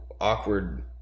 awkward